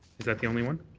is that the only one?